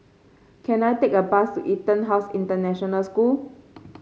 can I take a bus to EtonHouse International School